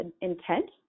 intent